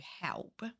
help